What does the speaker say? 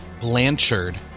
Blanchard